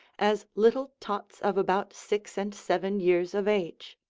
as little tots of about six and seven years of age.